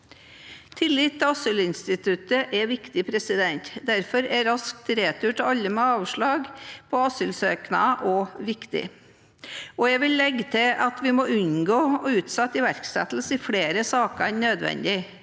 Tillit til asylinstituttet er viktig. Derfor er rask retur av alle med avslag på asylsøknader også viktig. Jeg vil legge til at vi må unngå å utsette iverksettelse i flere saker enn nødvendig.